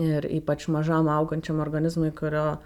ir ypač mažam augančiam organizmui kurio